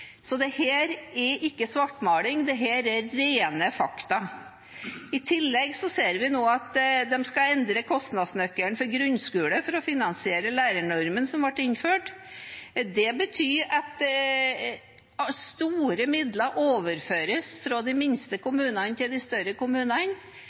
er ikke svartmaling, dette er rene fakta. I tillegg ser vi nå at de skal endre kostnadsnøkkelen for grunnskole for å finansiere lærernormen som ble innført. Det betyr at store midler overføres fra de minste